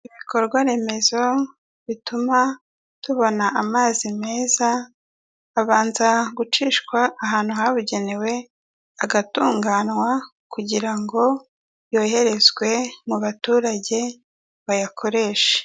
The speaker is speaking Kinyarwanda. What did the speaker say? Ibikorwa remezo bituma tubona amazi meza abanza gucishwa ahantu habugenewe, agatunganywa kugira ngo yoherezwe mu baturage bayakoreshe.